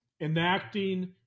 enacting